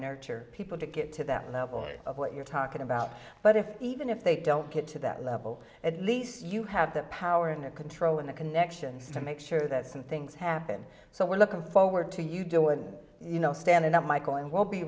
nurture people to get to that level of what you're talking about but if even if they don't get to that level at least you have the power and control in the connections to make sure that some things happen so we're looking forward to you do what you know stan and i michael and we'll be